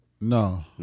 no